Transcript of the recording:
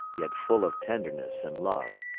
yet full of tenderness and love,